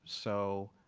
so